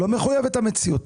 לא מחויבת המציאות.